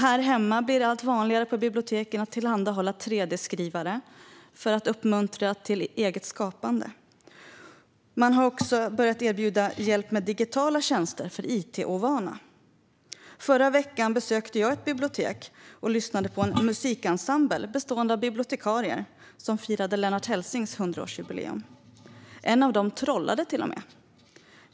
Här hemma blir det allt vanligare att biblioteken tillhandahåller 3D-skrivare för att uppmuntra till eget skapande. De har också börjat erbjuda hjälp med digitala tjänster för it-ovana. Förra veckan besökte jag ett bibliotek och lyssnade på en musikensemble bestående av bibliotekarier som firade Lennart Hellsings hundraårsjubileum. En av dem trollade till och med.